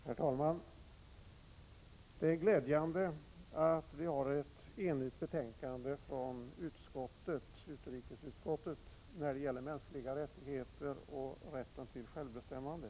Herr talman! Det är glädjande att vi har ett enigt betänkande från utrikesutskottet när det gäller mänskliga rättigheter och rätten till självbestämmande.